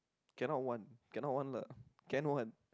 cannot one cannot one lah can one